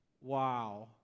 Wow